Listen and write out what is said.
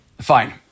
Fine